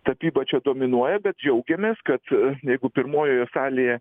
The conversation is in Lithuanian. tapyba čia dominuoja bet džiaugiamės kad jeigu pirmojoje salėje